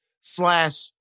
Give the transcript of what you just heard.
slash